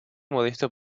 modesto